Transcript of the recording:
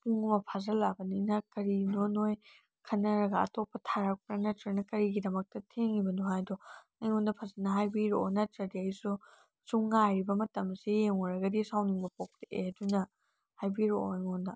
ꯄꯨꯡ ꯑꯃ ꯐꯥꯖꯤꯜꯂꯛꯑꯕꯅꯤꯅ ꯀꯔꯤꯅꯣ ꯅꯣꯏ ꯈꯟꯅꯔꯒ ꯑꯇꯣꯞꯄ ꯊꯥꯔꯛꯄ꯭ꯔ ꯅꯠꯇ꯭ꯔꯒꯅ ꯀꯔꯤꯒꯤꯗꯃꯛꯇ ꯊꯦꯡꯏꯕꯅꯣ ꯍꯥꯏꯗꯣ ꯑꯩꯉꯣꯟꯗ ꯐꯖꯅ ꯍꯥꯏꯕꯤꯔꯛꯑꯣ ꯅꯠꯇ꯭ꯔꯗꯤ ꯑꯩꯁꯨ ꯁꯨꯝ ꯉꯥꯏꯔꯤꯕ ꯃꯇꯝꯁꯦ ꯌꯦꯡꯉꯨꯔꯒꯗꯤ ꯁꯥꯎꯅꯤꯡꯕ ꯄꯣꯛꯂꯛꯑꯦ ꯑꯗꯨꯅ ꯍꯥꯏꯕꯤꯔꯛꯑꯣ ꯑꯩꯉꯣꯟꯗ